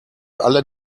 alle